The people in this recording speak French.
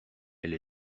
elle